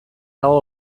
dago